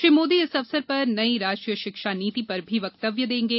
श्री मोदी इस अवसर पर नई राष्ट्रीय शिक्षा नीति पर भी वक्तव्य देंगे